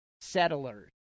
settlers